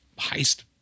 heist